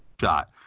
shot